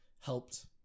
helped